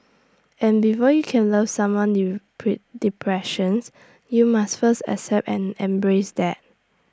and before you can love someone pre depressions you must first accept and embrace that